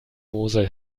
mosel